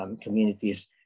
communities